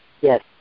Yes